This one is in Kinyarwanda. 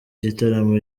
gitaramo